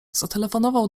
zatelefonował